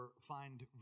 find